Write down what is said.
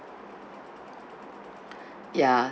ya